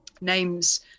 names